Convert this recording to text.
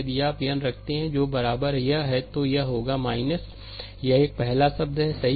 यदि आप n रखते हैं जो के बराबर है य तो यह होगा यह एक पहला शब्द है सही